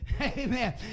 Amen